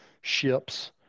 ships